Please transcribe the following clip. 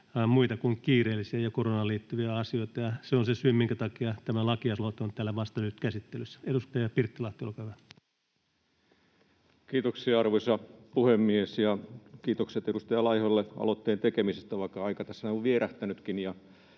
muita kuin kiireellisiä ja koronaan liittyviä asioita, ja se on se syy, minkä takia tämä laki-aloite on täällä vasta nyt käsittelyssä. — Edustaja Pirttilahti, olkaa hyvä. Kiitoksia, arvoisa puhemies! Kiitokset edustaja Laiholle aloitteen tekemisestä, vaikka aikaa tässä on vierähtänytkin.